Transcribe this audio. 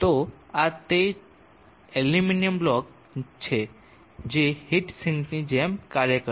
તો આ તે એલ્યુમિનિયમ બ્લોક છે જે હીટ સિંકની જેમ કાર્ય કરશે